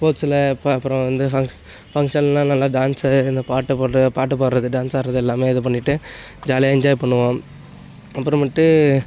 ஸ்போர்ட்ஸில் பா அப்புறம் வந்து ஃபங் ஃபங்க்ஷன்லாம் நல்லா டான்ஸு இந்த பாட்டு போட்டு இந்த பாட்டு பாடுறது டான்ஸ் ஆடுறது எல்லாமே இது பண்ணிகிட்டு ஜாலியாக என்ஜாய் பண்ணுவோம் அப்பறமேட்டு